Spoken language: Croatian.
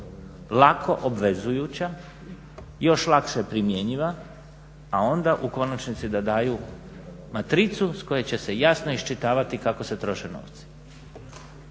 lako obvezujuća, još lakše primjenjiva, a onda u konačnici da daju matricu s koje će se jasno iščitavati kako se troše novci.